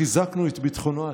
חיזקנו את ביטחונו העצמי.